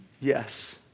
Yes